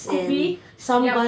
could be yup